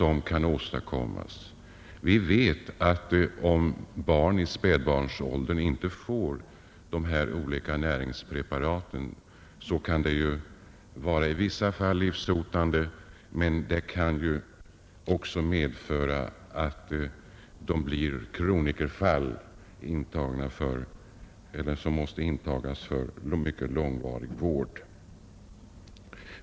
Om barn i spädbarnsåldern som är i behov av komplettering av kosten inte får dessa olika näringspreparat, kan det i vissa fall vara livshotande eller medföra att barnen blir kroniskt sjuka och måste intas för mycket långvarig vård.